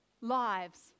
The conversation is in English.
lives